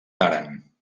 tàrent